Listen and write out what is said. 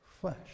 Flesh